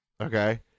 Okay